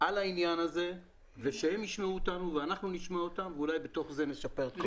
על העניין הזה ושהם ישמעו אותנו ואנחנו נשמע אותם ואולי בתוך זה נשפר.